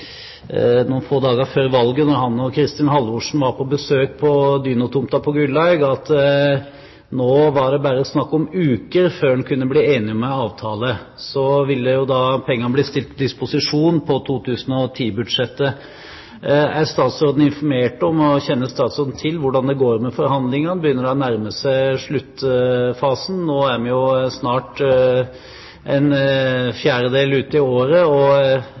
han og Kristin Halvorsen var på besøk på Dyno-tomta på Gullhaug, at nå var det bare snakk om uker før en kunne bli enig om en avtale, og så ville pengene bli stilt til disposisjon på 2010-budsjettet. Er statsråden informert om – og kjenner statsråden til – hvordan det går med forhandlingene? Begynner de å nærme seg sluttfasen? Nå er vi snart en fjerdedel ut i året, og